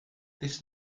this